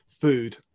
food